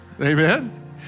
Amen